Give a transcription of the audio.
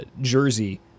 jersey